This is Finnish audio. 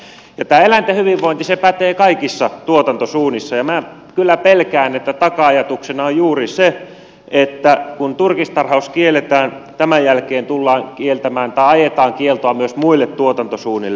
tämä eläinten hyvinvointi pätee kaikissa tuotantosuunnissa ja minä kyllä pelkään että taka ajatuksena on juuri se että kun turkistarhaus kielletään tämän jälkeen ajetaan kieltoa myös muille tuotantosuunnille